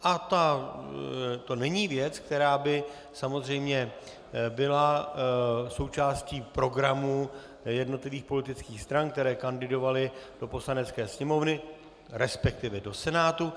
A to není věc, která by samozřejmě byla součástí programu jednotlivých politických stran, které kandidovaly do Poslanecké sněmovny, resp. do Senátu.